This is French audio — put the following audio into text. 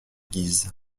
guises